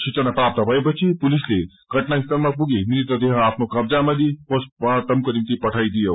सूचना प्राप्त भएपछि पुलिसले घटनास्थलमा पुगी मृतदेह आफ्नो कब्जामा लिई पोस्टमार्टमको निम्ति पठाईदिए